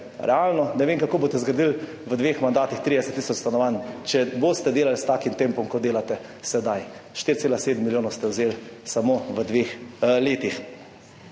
realno ne vem, kako boste zgradili v dveh mandatih 30 tisoč stanovanj, če boste delali s takim tempom, kot delate sedaj. 4,7 milijona ste vzeli samo v dveh letih.